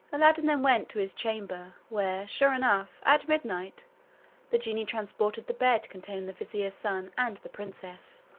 aladdin then went to his chamber, where, sure enough, at midnight the genie transported the bed containing the vizier's son and the princess.